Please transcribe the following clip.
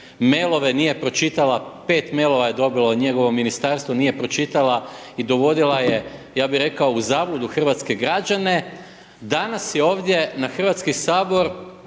mailove nije pročitala, 5 mailova je dobila u njegovom ministarstvu, nije pročitala i dovodila jem ja bi rekao u zabludu hrvatske građane, danas je ovdje u Hrvatskom saboru